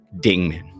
Dingman